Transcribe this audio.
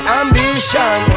ambition